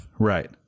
right